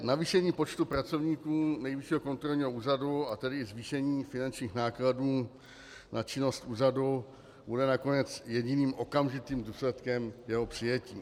Navýšení počtu pracovníků Nejvyššího kontrolního úřadu, a tedy i zvýšení finančních nákladů na činnost úřadu bude nakonec jediným okamžitým důsledkem jeho přijetí.